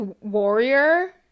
warrior